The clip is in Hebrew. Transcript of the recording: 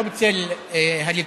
לא בצל הליכוד,